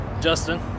Justin